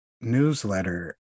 newsletter